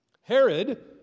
Herod